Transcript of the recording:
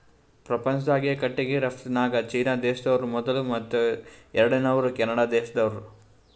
ಪ್ರಪಂಚ್ದಾಗೆ ಕಟ್ಟಿಗಿ ರಫ್ತುನ್ಯಾಗ್ ಚೀನಾ ದೇಶ್ದವ್ರು ಮೊದುಲ್ ಮತ್ತ್ ಎರಡನೇವ್ರು ಕೆನಡಾ ದೇಶ್ದವ್ರು